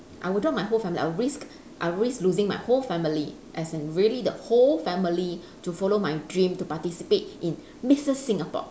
I would drop my whole family I would risk I would risk losing my whole family as in really the whole family to follow my dream to participate in missus singapore